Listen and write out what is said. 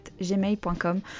gmail.com